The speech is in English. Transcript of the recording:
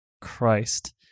Christ